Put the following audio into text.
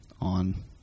on